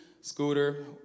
Scooter